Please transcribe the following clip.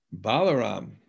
Balaram